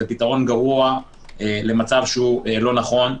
זה פתרון גרוע למצב שהוא לא נכון,